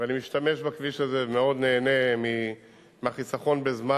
ואני משתמש בכביש הזה ומאוד נהנה מהחיסכון בזמן.